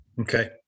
Okay